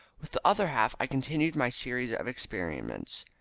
with the other half i continued my series of experiments,